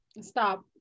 Stop